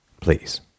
please